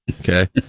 okay